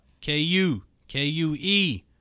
k-u-k-u-e